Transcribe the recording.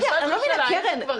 קרן,